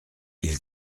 ils